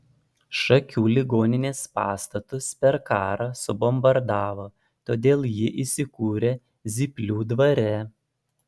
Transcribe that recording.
šakių ligoninės pastatus per karą subombardavo todėl ji įsikūrė zyplių dvare